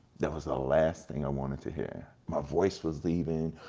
that was the last thing i wanted to hear. my voice was leaving,